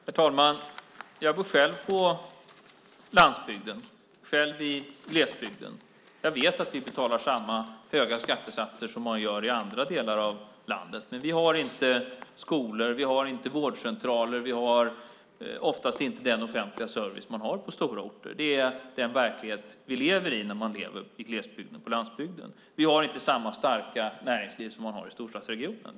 Herr talman! Jag bor själv på landsbygden, i glesbygden. Jag vet att vi har samma höga skattesatser som andra delar av landet. Men vi har inte skolor, vi har inte vårdcentraler, vi har oftast inte den offentliga service man har på stora orter. Det är den verklighet man lever i när man lever i glesbygden och på landsbygden. Vi har inte samma starka näringsliv som man har i storstadsregionerna.